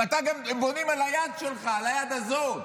הם גם בונים על היד שלך, על היד הזאת.